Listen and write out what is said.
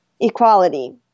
equality